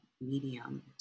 medium